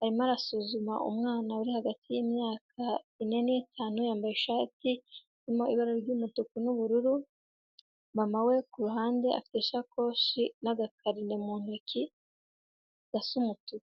arimo arasuzuma umwana uri hagati y'imyaka ine n'itanu, yambaye ishati irimo ibara ry'umutuku n'ubururu, mama we ku ruhande afite isakoshi n'agakarine mu ntoki gasa umutuku.